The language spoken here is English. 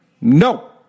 no